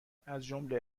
ازجمله